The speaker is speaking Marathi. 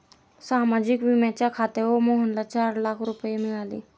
सामाजिक विम्याच्या खात्यावर मोहनला चार लाख रुपये मिळाले